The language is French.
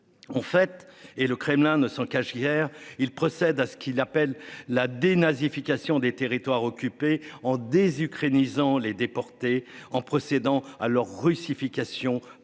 Fait et le Kremlin ne s'en cache hier il procède à ce qu'il appelle la dénazification des territoires occupés en des Ukrainiens les déportés en procédant à leur russification.